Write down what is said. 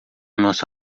nosso